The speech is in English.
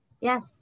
Yes